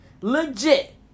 legit